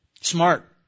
Smart